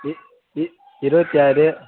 இ இ இருபத்தி ஆறு